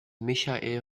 michael